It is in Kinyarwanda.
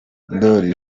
ndoli